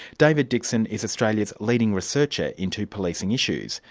david dixon is australia's leading researcher into policing issues.